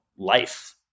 Life